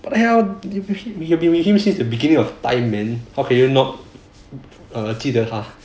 he's been with you since the beginning of time man how can you not err 记得他